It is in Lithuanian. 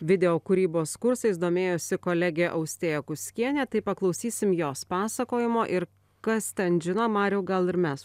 video kūrybos kursais domėjosi kolegė austėja kuskienė tai paklausysim jos pasakojimo ir kas ten žino mariau gal ir mes